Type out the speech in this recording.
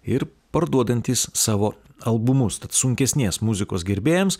ir parduodantys savo albumus tad sunkesnės muzikos gerbėjams